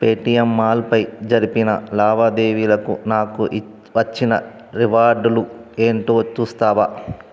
Paytm మాల్పై జరిపిన లావాదేవీలకు నాకు వచ్చిన రివార్డులు ఏంటో చూస్తావా